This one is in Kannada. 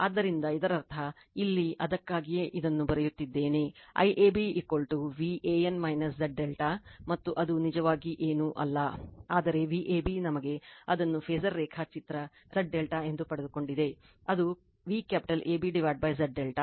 ಆದ್ದರಿಂದ ಇದರರ್ಥ ಇಲ್ಲಿ ಅದಕ್ಕಾಗಿಯೇ ಇದನ್ನು ಬರೆಯುತ್ತಿದ್ದೇನೆ IAB Van Z ∆ ಮತ್ತು ಅದು ನಿಜವಾಗಿ ಏನೂ ಅಲ್ಲ ಆದರೆ Vab ನಮಗೆ ಅದನ್ನು ಫಾಸರ್ ರೇಖಾಚಿತ್ರ Z ∆ ಎಂದು ಪಡೆದುಕೊಂಡಿದೆ ಅದು Vಕ್ಯಾಪಿಟಲ್ AB Z ∆